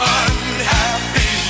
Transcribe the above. unhappy